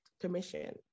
commission